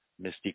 misty